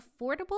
affordable